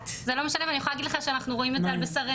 זה לא משנה ואני יכולה להגיד לך שאנחנו רואים את זה על בשרינו.